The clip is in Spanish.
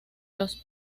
los